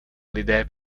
lidé